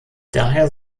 daher